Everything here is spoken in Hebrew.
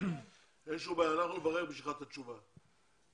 נברר בשבילך ונקבל תשובה.